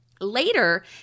Later